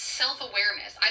self-awareness